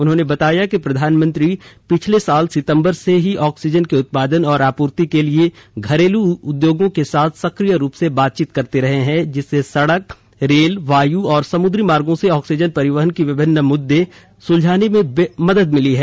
उन्होंने बताया कि प्रधानमंत्री पिछले साल सितंबर से ही ऑक्सीजन के उत्पादन और आपूर्ति के लिए घरेलू उद्योगों के साथ सक्रिय रूप से बातचीत करते रहे हैं जिससे सड़क रेल वायु और समुद्री मार्गों से ऑक्सीजन परिवहन के विभिन्न मुद्दे सुलझाने में मदद मिली है